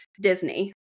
Disney